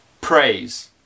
praise